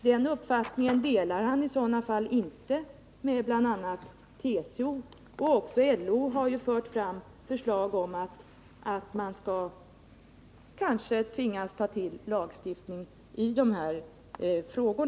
Den uppfattningen delar han inte med bl.a. TCO — och även LO har ju fört fram förslag som innebär att man kanske tvingas ta till lagstiftning i dessa frågor.